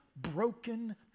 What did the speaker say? broken